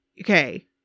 okay